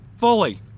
fully